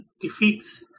defeats